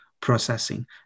processing